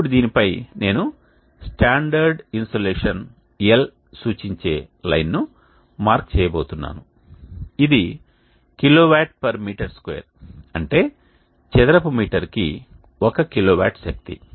ఇప్పుడు దీనిపై నేను స్టాండర్డ్ ఇన్సోలేషన్ L ని సూచించే లైన్ను మార్క్ చేయబోతున్నాను ఇది kW m 2 అంటే చదరపు మీటరు కి 1 కిలోవాట్ శక్తి